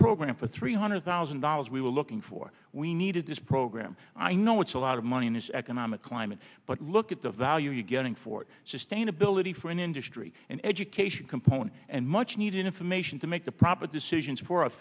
program for three hundred thousand dollars we were looking for we needed this program i know it's a lot of money in this economic climate but look at the value you getting for sustainability for an industry an education component and much needed information to make the proper decisions for us